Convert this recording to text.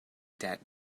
that